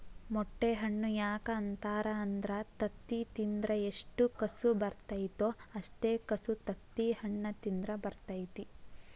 ಮೊಟ್ಟೆ ಹಣ್ಣು ಯಾಕ ಅಂತಾರ ಅಂದ್ರ ತತ್ತಿ ತಿಂದ್ರ ಎಷ್ಟು ಕಸು ಬರ್ತೈತೋ ಅಷ್ಟೇ ಕಸು ತತ್ತಿಹಣ್ಣ ತಿಂದ್ರ ಬರ್ತೈತಿ